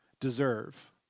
deserve